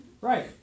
Right